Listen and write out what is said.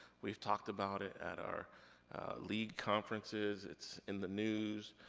we've talked about it at our league conferences, it's in the news.